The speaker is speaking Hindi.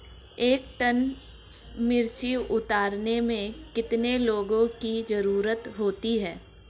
एक टन मिर्ची उतारने में कितने लोगों की ज़रुरत होती है?